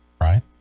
Right